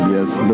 Yes